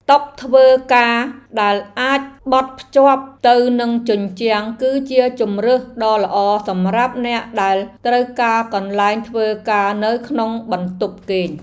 តុធ្វើការដែលអាចបត់ភ្ជាប់ទៅនឹងជញ្ជាំងគឺជាជម្រើសដ៏ល្អសម្រាប់អ្នកដែលត្រូវការកន្លែងធ្វើការនៅក្នុងបន្ទប់គេង។